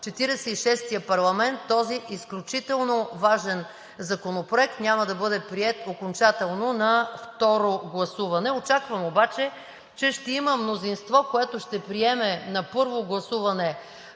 шестия парламент този изключително важен законопроект няма да бъде приет окончателно на второ гласуване. Очаквам обаче, че ще има мнозинство, което ще приеме на първо гласуване